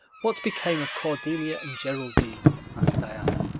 what became of cordelia and geraldine? asked diana,